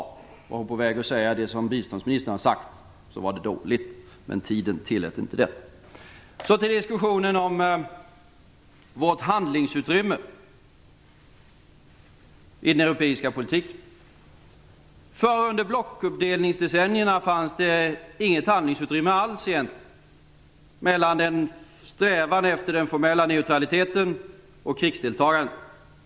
Var hon på väg att säga det som biståndsministern har sagt var det dåligt. Men tiden tillät inte det. Så till diskussion om vårt handlingsutrymme i den europeiska politiken. Under blockuppdelningsdecennierna fanns det inget handlingsutrymme alls egentligen mellan en strävan efter den formella neutraliteten och krigsdeltagande.